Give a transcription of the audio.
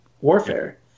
warfare